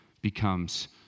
becomes